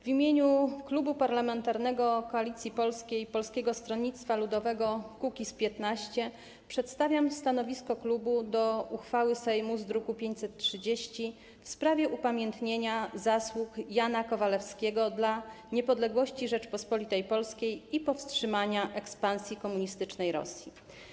W imieniu klubu parlamentarnego Koalicji Polskiej i Polskiego Stronnictwa Ludowego - Kukiz15 przedstawiam stanowisko klubu wobec uchwały Sejmu z druku nr 530 w sprawie upamiętnienia zasług Jana Kowalewskiego dla niepodległości Rzeczypospolitej Polskiej i powstrzymania ekspansji komunistycznej Rosji.